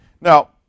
Now